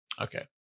Okay